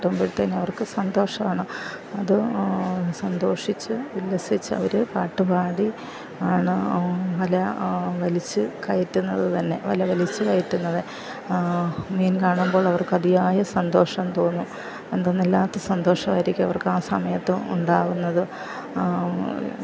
കിട്ടുമ്പോഴത്തേക്ക് അവർക്ക് സന്തോഷമാണ് അത് സന്തോഷിച്ചു ഉല്ലസിച്ച് അവർ പാട്ട് പാടി ആണ് വല വലിച്ച് കയറ്റുന്നതു തന്നെ വല വലിച്ച് കയറ്റുന്നത് മീൻ കാണുമ്പോൾ അവർക്ക് അതിയായ സന്തോഷം തോന്നും എന്തെന്നില്ലാത്ത സന്തോഷമായിരിക്കും അവർക്ക് ആ സമയത്തുണ്ടാവുന്നത്